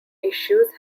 issues